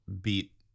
beat